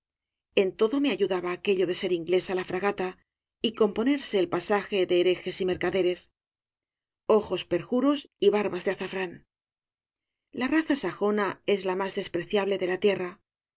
en todo me ayudaba aquello de ser inglesa la fragata y componerse el pasaje de herejes y mercaderes ojos perjuros y barbas de azafrán g obras de valle inclan g la raza sajona es la más despreciable de la tierra